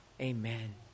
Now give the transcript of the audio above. Amen